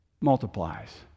multiplies